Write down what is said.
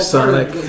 Sonic